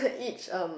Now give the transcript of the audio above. each um